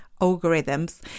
algorithms